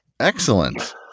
Excellent